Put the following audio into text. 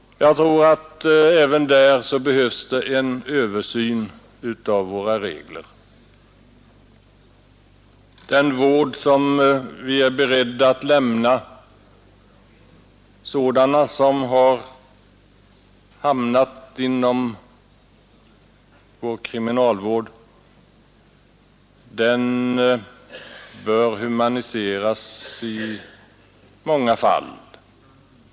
Jag tror att det även därvidlag behövs en översyn av reglerna. Den vård som vwvi är beredda att lämna sådana som har hamnat inom vår kriminalvård bör humaniseras i många avseenden.